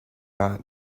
not